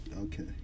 Okay